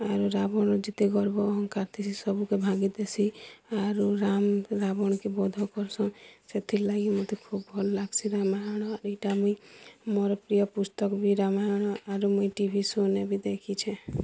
ଆରୁ ରାବଣ ଯେତେ ଗର୍ବ ଅହଂକାର ଥିସି ସବୁକେ ଭାଙ୍ଗିଦେସି ଆରୁ ରାମ୍ ରାବଣ୍ କେ ବଧ କରସନ୍ ସେଥିରଲାଗି ମତେ ଖୁବ୍ ଭଲ୍ ଲାଗସି ରାମାୟଣ ଏଇଟା ମୁଇଁ ମୋର୍ ପ୍ରିୟ ପୁସ୍ତକ ବହି ରାମାୟଣ ଆରୁ ମୁଇଁ ଟି ଭି ସୋନେ ବି ଦେଖିଛେଁ